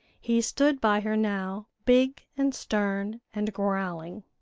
he stood by her now, big and stern, and growling.